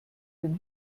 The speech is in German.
den